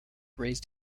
raised